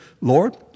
Lord